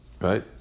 right